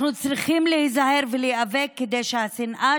אנחנו צריכים להיזהר ולהיאבק כדי שהשנאה